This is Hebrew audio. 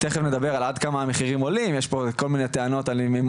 תיכף נדבר על עד כמה המחירים עולים ויש פה כל מיני טענות על האם הם